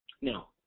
Now